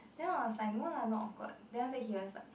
no lah no awkward then after that he was like